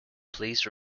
please